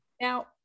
Now